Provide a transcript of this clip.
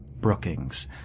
Brookings